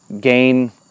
gain